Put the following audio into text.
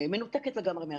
מנותקת לגמרי מהשטח.